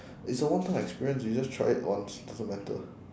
it's a one time experience you just try it once doesn't matter